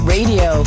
Radio